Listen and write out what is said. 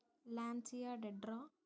Lancia Dedra